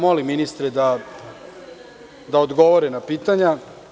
Molim ministre da odgovore na pitanja.